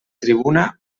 tribuna